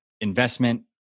investment